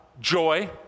joy